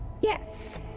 Yes